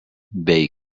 bei